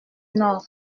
nord